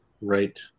right